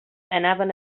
anaven